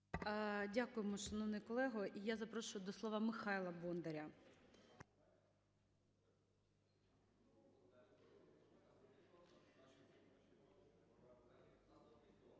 Дякуємо, шановний колего. І я запрошую до слова Михайла Бондаря.